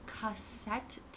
cassette